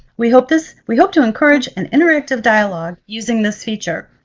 we hope this, we hope to encourage an interactive dialogue using this feature.